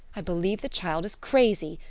i believe the child is crazy.